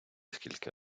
скільки